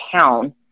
town